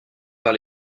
par